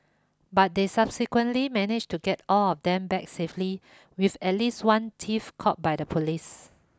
but they subsequently managed to get all of them back safely with at least one thief caught by the police